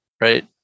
right